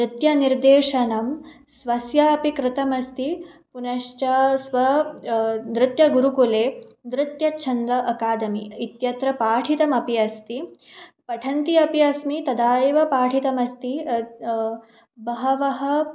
नृत्य निर्देशनं स्वस्यापि कृतमस्ति पुनश्च स्व नृत्यगुरुकुले नृत्यच्छन्दः अकादमि इत्यत्र पाठितमपि अस्ति पठन्ति अपि अस्मि तदा एव पाठितमस्ति बहवः